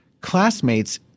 classmates